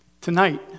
Tonight